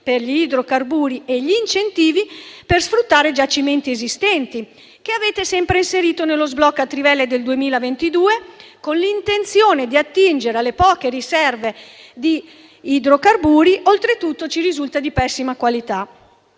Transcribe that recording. per gli idrocarburi e gli incentivi per sfruttare giacimenti esistenti, che avete sempre inserito nella disposizione cosiddetta sblocca trivelle del 2022 con l'intenzione di attingere alle poche riserve di idrocarburi, oltretutto - ci risulta - di pessima qualità.